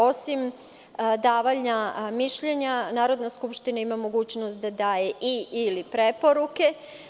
Osim davanja mišljenja Narodna skupština ima mogućnost da daje i preporuke.